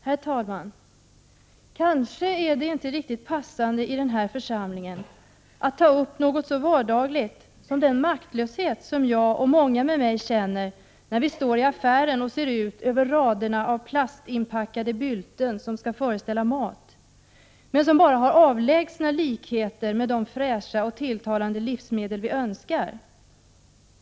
Herr talman! Kanske är det inte riktigt passande att i den här församlingen ta upp något så vardagligt som den maktlöshet som jag och många med mig känner när vi står i affären och ser ut över raderna av plastinpackade bylten som skall föreställa mat, men som bara har avlägsna likheter med de fräscha och tilltalande livsmedel vi önskar.